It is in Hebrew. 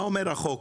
מה אומר החוק?